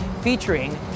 featuring